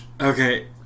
Okay